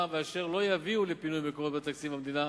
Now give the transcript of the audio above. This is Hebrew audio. ואשר לא יביאו לפינוי מקורות בתקציב המדינה